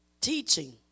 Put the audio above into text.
Teaching